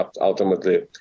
ultimately